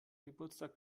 geburtstag